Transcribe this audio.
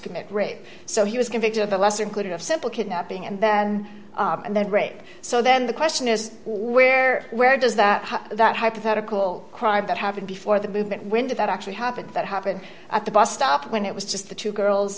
commit rape so he was convicted of a lesser included of simple kidnapping and then they're great so then the question is where where does that that hypothetical crime that having before the movement when did that actually happen that happened at the bus stop when it was just the two girls